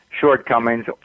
shortcomings